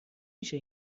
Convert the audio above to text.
میشه